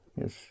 yes